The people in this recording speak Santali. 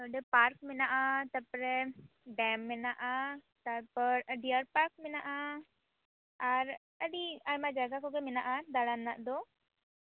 ᱱᱚᱰᱮ ᱯᱟᱨᱠ ᱢᱮᱱᱟᱜᱼᱟ ᱛᱟᱨᱯᱚᱨᱮ ᱰᱮᱹᱢ ᱢᱮᱱᱟᱜᱼᱟ ᱛᱟᱨᱯᱚᱨ ᱰᱤᱭᱟᱨ ᱯᱟᱨᱠ ᱢᱮᱱᱟᱜᱼᱟ ᱟᱨ ᱟᱹᱰᱤ ᱟᱭᱢᱟ ᱡᱟᱭᱜᱟ ᱠᱚᱜᱮ ᱢᱮᱱᱟᱜᱼᱟ ᱫᱟᱬᱟᱱ ᱨᱮᱱᱟᱜ ᱫᱚ